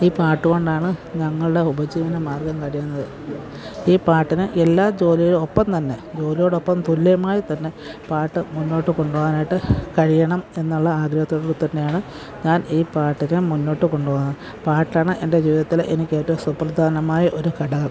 ഈ പാട്ടുകൊണ്ടാണ് ഞങ്ങളുടെ ഉപജീവന മാർഗ്ഗം കഴിയുന്നത് ഈ പാട്ടിന് എല്ലാ ജോലിയും ഒപ്പം തന്നെ ജോലിയോടൊപ്പം തുല്യമായിത്തന്നെ പാട്ട് മുന്നോട്ട് കൊണ്ടുപോവാനായിട്ട് കഴിയണം എന്നുള്ള ആഗ്രഹത്തോടുകൂടിത്തന്നെയാണ് ഞാൻ ഈ പാട്ടിനെ മുന്നോട്ട് കൊണ്ടുപോവുന്നത് പാട്ടാണ് എൻ്റെ ജീവിതത്തിലെ എനിക്കേറ്റവും സുപ്രധാനമായ ഒരു ഘടകം